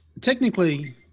technically